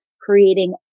creating